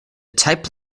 type